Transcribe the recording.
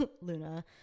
Luna